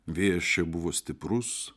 vėjas čia buvo stiprus